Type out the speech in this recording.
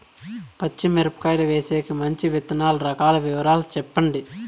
పచ్చి మిరపకాయలు వేసేకి మంచి విత్తనాలు రకాల వివరాలు చెప్పండి?